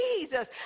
Jesus